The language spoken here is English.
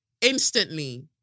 instantly